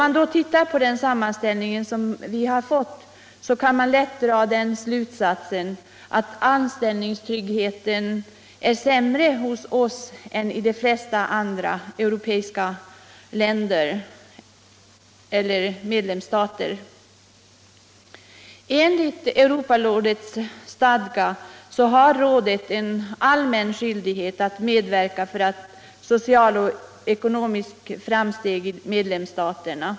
Av sammanställningen kan man lätt dra slutsatsen att anställningstryggheten är sämre i Sverige än i de flesta andra medlemsstater. Europarådet har enligt sina stadgar en allmän skyldighet att främja sociala och ekonomiska framsteg i medlemsstaterna.